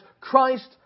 Christ